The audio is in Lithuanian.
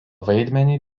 vaidmenį